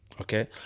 okay